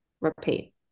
repeat